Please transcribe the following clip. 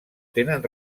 tenen